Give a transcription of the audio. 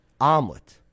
omelet